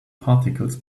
particles